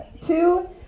Two